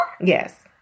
Yes